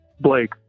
Blake